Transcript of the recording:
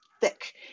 thick